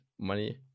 money